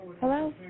Hello